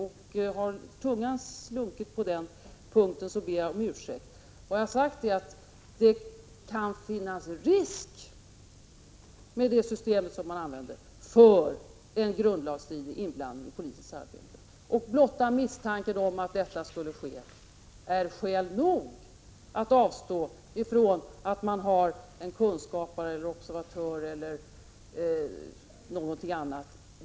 Skulle tungan ha sluntit på den punkten ber jag om ursäkt. Vad jag har hävdat är att det, med det system 37 som man använder, kan finnas risk för en grundlagsstridig inblandning i polisens arbete. Blotta misstanken att detta skulle kunna ske är skäl nog att avstå från att ha en kunskapare, en observatör e.d.